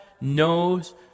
knows